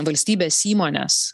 valstybės įmonės